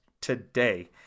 today